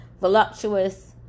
voluptuous